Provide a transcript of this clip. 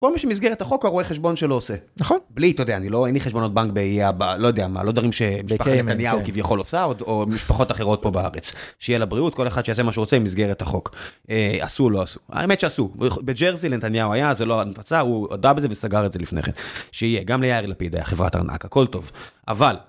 כל מי שמסגרת החוק הרואה חשבון שלו עושה. נכון. בלי, אתה יודע, אני לא, אין לי חשבונות בנק באיי הב.., לא יודע מה, לא דברים ש.. בקיימן, כן. לא דברים שמשפחת נתניהו כביכול עושה, או משפחות אחרות פה בארץ. שיהיה לבריאות כל אחד שיעשה מה שרוצה במסגרת החוק. עשו או לא עשו, האמת שעשו, בג'רזי לנתניהו היה, זה לא הנפצה, הוא הודה בזה וסגר את זה לפני כן. שיהיה, גם ליאיר לפיד היה חברת ארנק, הכל טוב, אבל.